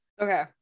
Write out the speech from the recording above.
Okay